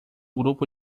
grupo